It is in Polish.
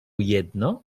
jedno